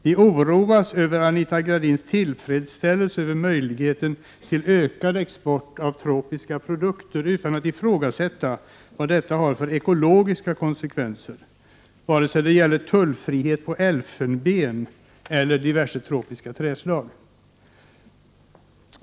Vi oroas över Anita Gradins tillfredsställelse över möjligheten till ökad export av tropiska produkter, utan att hon ifrågasätter vad detta har för ekologiska konsekvenser, vare sig det gäller tullfrihet på elfenben eller diverse tropiska trädslag.